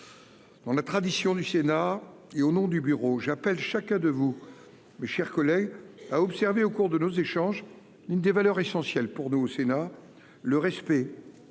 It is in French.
Dans la tradition du Sénat, et au nom du bureau, j'appelle chacun de vous à observer au cours de nos échanges l'une des valeurs essentielles pour nous au Sénat : le respect.